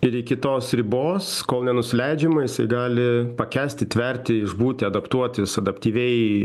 ir iki tos ribos kol nenusileidžiama jisai gali pakęsti tverti išbūti adaptuotis adaptyviai